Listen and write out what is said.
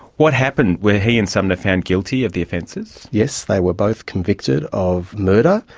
what happened? where he and sumner found guilty of the offences? yes, they were both convicted of murder.